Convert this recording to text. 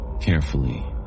Carefully